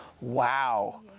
wow